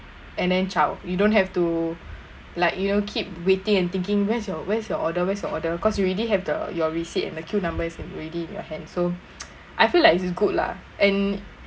and then zao you don't have to like you know keep waiting and thinking where's your where's your order where's your order cause you already have the your receipt and the queue number is already in your hand so I feel like it is good lah and